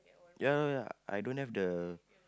ya ya ya I don't have the